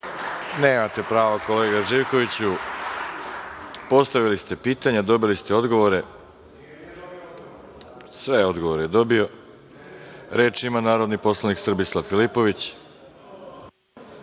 Nemate pravo kolega Živkoviću. Postavili ste pitanje, dobili ste odgovore. Reč ima narodni poslanik Srbislav Filipović.